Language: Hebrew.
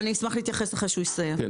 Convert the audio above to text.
אני אשמח להתייחס אחרי שהוא יסיים את דבריו.